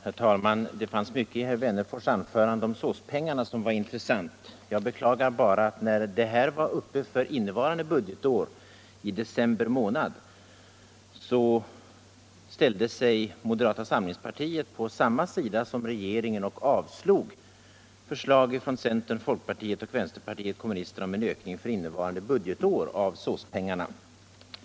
Herr talman! Det fanns mycket i herr Wennerfors anförande om SÅS pengarna som var intressant. Jag beklagar bara att när det anslaget var aktuellt för innevarande budgetår, i december månad, så ställde sig moderata samlingspartiet på samma sida som regeringen och avslog förslaget från centern, folkpartiet och vänsterpartiet kommunisterna om en ökning av SÅS-pengarna.